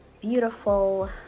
beautiful